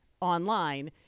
online